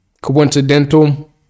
coincidental